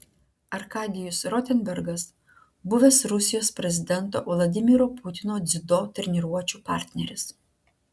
arkadijus rotenbergas buvęs rusijos prezidento vladimiro putino dziudo treniruočių partneris